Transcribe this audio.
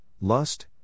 lust